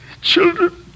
Children